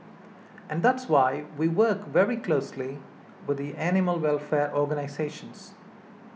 and that's why we work very closely with the animal welfare organisations